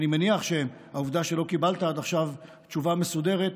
אני מניח שהעובדה שלא קיבלת עד עכשיו תשובה מסודרת,